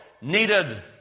needed